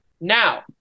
Now